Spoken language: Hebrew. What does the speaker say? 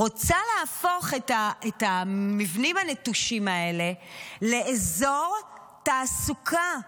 ורוצה להפוך את המבנים הנטושים האלה לאזור תעסוקה בנגב,